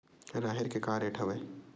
राहेर के का रेट हवय?